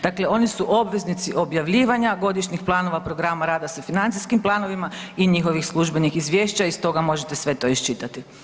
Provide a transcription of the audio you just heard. Dakle, oni su obveznici objavljivanja godišnjih planova programa rada sa financijskim planovima i njihovih službenih izvješća i iz toga sve to možete iščitati.